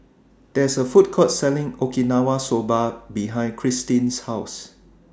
There IS A Food Court Selling Okinawa Soba behind Kristyn's House